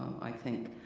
i think.